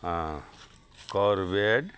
हँ कोरबेड